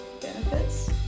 benefits